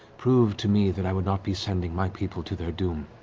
prove to me that i would not be sending my people to their doom.